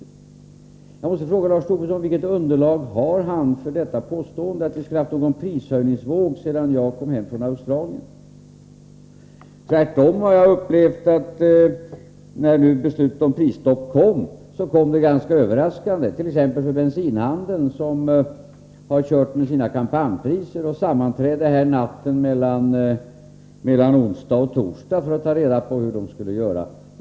Jag måste fråga Lars Tobisson vilket underlag han har för påståendet att vi skulle haft en prishöjningsvåg sedan jag kom hem från Australien. Tvärtom har jag upplevt att beslutet om prisstopp när det kom kom ganska överraskande, t.ex. för bensinhandeln som haft kampanjpriser och som hade sammanträde natten mellan onsdag och torsdag för att ta reda på hur man skulle göra.